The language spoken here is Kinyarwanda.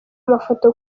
mafoto